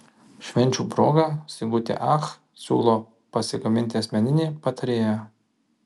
švenčių proga sigutė ach siūlo pasigaminti asmeninį patarėją